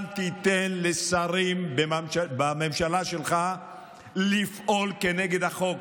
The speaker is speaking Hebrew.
אל תיתן לשרים בממשלה שלך לפעול כנגד החוק.